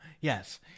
Yes